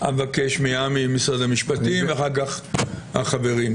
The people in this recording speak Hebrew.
אבקש מעמי ממשרד המשפטים, ואחר כך החברים.